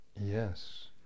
yes